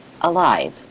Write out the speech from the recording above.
alive